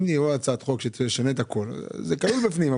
אם יביאו הצעת חוק שתשנה את הכול זה כלול בפנים.